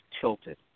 tilted